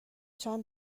چند